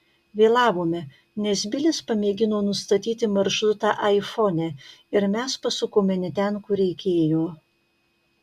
vėlavome nes bilis pamėgino nustatyti maršrutą aifone ir mes pasukome ne ten kur reikėjo